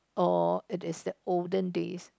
or it is that olden days